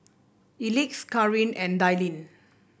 Elex Kareen and Dallin